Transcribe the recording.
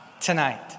tonight